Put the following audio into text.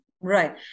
Right